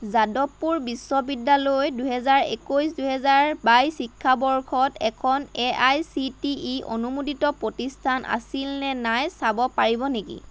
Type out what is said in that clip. যাদৱপুৰ বিশ্ববিদ্যালয় দুই হাজাৰ একৈছ দুই হাজাৰ বাইছ শিক্ষাবৰ্ষত এখন A I C T E অনুমোদিত প্ৰতিষ্ঠান আছিল নে নাই চাব পাৰিব নেকি